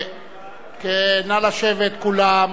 נא לשבת, כולם.